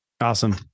Awesome